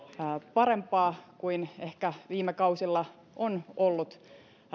parempaa kuin ehkä viime kausilla on ollut